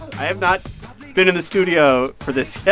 i have not been in the studio for this yet